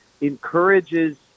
encourages